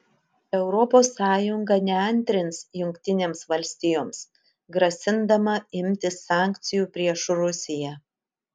europos sąjunga neantrins jungtinėms valstijoms grasindama imtis sankcijų prieš rusiją